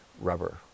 rubber